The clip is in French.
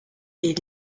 est